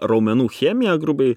raumenų chemija grubiai